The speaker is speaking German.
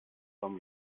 komme